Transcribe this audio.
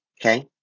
Okay